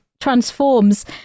transforms